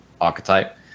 archetype